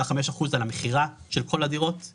חמישה אחוזים על המכירה של כל הדירות,